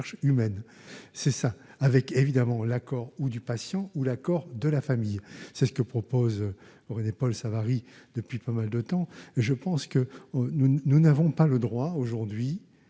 humaine, c'est ça, avec évidemment l'accord ou du patient ou l'accord de la famille, c'est ce que propose aux Rennais Paul Savary depuis pas mal de temps et je pense que nous n'avons pas le droit aujourd'hui